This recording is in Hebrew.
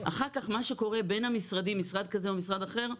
אחר כך מה שקורה בין המשרדים, משרד כזה או אחר,